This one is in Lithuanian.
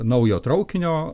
naujo traukinio